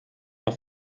auf